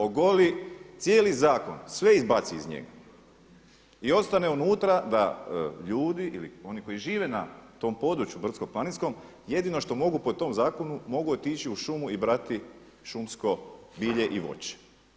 Ogoli cijeli zakon, sve izbaci iz njega i ostane unutra da ljudi ili oni koji žive na tom području brdsko-planinskom jedino što mogu po tom zakonu mogu otići u šumu i brati šumsko bilje i voće.